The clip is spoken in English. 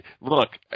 look